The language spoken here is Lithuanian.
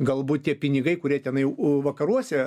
galbūt tie pinigai kurie tenai vakaruose